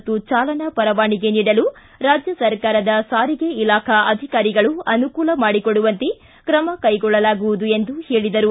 ಮತ್ತು ಚಾಲನಾ ಪರವಾನಗೆ ನೀಡಲು ರಾಜ್ಯ ಸರ್ಕಾರದ ಸಾರಿಗೆ ಇಲಾಖಾ ಅಧಿಕಾರಿಗಳು ಅನುಕೂಲ ಮಾಡಿಕೊಡುವಂತೆ ಕ್ರಮ ಕೈಗೊಳ್ಳಲಾಗುವುದು ಎಂದು ಹೇಳಿದರು